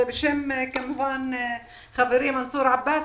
בשם חברי מנסור עבאס,